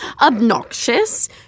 Obnoxious